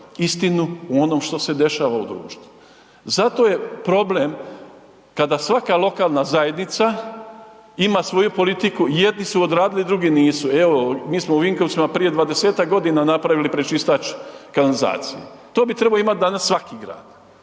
istinu o onome što se dešava u društvu. Zato je problem kada svaka lokalna zajednica ima svoju politiku, jedni su odradili, drugi nisu. Evo mi smo u Vinkovcima prije 20-ak godina napravili pročistač kanalizacije. To bi trebao imat danas svaki grad.